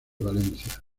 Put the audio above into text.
valencia